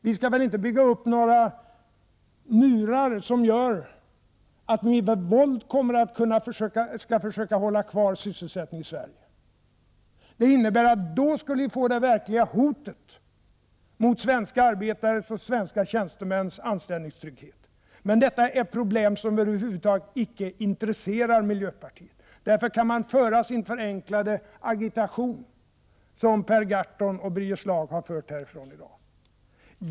Vi skall väl inte bygga upp murar och med våld försöka hålla kvar sysselsättningen i Sverige? Vi skulle då få det verkliga hotet mot svenska arbetares och svenska tjänstemäns anställningstrygghet. Men detta är ett problem som över huvud taget inte intresserar miljöpartiet, och man kan därför driva sin förenklade agitation, vilket Per Gahrton och Birger Schlaug har gjort här i dag.